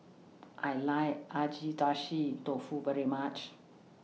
I like Agedashi Dofu very much